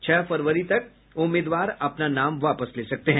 छह फरवरी तक उम्मीदवार अपना नाम वापस ले सकते हैं